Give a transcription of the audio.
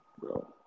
bro